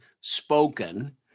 spoken